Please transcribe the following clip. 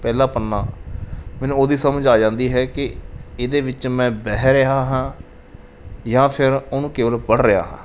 ਪਹਿਲਾ ਪੰਨਾ ਮੈਨੂੰ ਉਦੋਂ ਸਮਝ ਆ ਜਾਂਦੀ ਹੈ ਕਿ ਇਹਦੇ ਵਿੱਚ ਮੈਂ ਵਹਿ ਰਿਹਾ ਹਾਂ ਜਾਂ ਫਿਰ ਉਹਨੂੰ ਕੇਵਲ ਪੜ੍ਹ ਰਿਹਾ ਹਾਂ